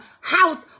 house